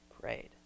Prayed